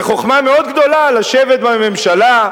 זה חוכמה מאוד גדולה לשבת בממשלה,